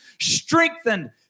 Strengthened